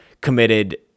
committed